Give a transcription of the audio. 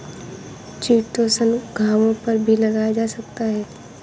chitosan घावों पर भी लगाया जा सकता है